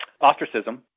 ostracism